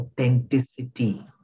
authenticity